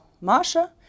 Masha